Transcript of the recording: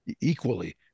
equally